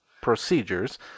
procedures